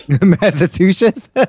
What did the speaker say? Massachusetts